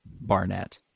barnett